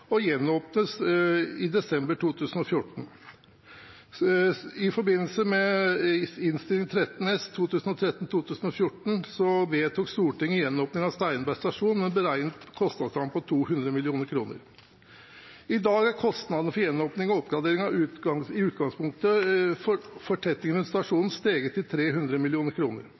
og gjenåpnes i desember 2014. I forbindelse med Innst. 13 S for 2013–2014 vedtok Stortinget gjenåpning av Steinberg stasjon med en beregnet kostnadsramme på 200 mill. kr. I dag er kostnadene for gjenåpning og oppgradering med utgangspunkt i fortetting rundt stasjonen steget til 300